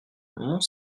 mont